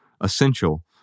essential